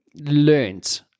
learned